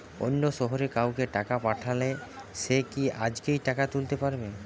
অন্য শহরের কাউকে টাকা পাঠালে সে কি আজকেই টাকা তুলতে পারবে?